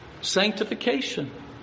sanctification